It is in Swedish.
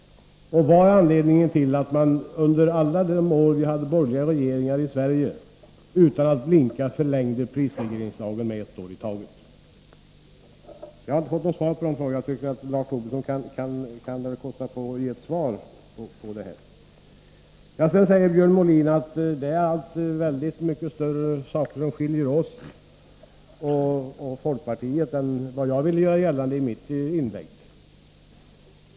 Vad är anledningen till att man under alla de år då vi hade borgerliga regeringar i Sverige utan att blinka förlängde prisregleringslagen med ett år i taget? Jag har inte fått något svar på de frågorna. Jag tycker att Lars Tobisson kan kosta på sig att ge ett svar. Björn Molin säger att det är mycket större saker som skiljer oss och folkpartiet åt än vad jag ville göra gällande i mitt inlägg.